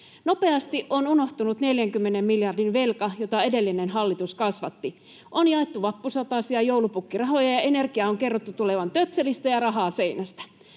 Nopeasti on unohtunut 40 miljardin velka, jota edellinen hallitus kasvatti — on jaettu vappusatasia, joulupukkirahoja, ja energian on kerrottu tulevan töpselistä ja rahaa seinästä.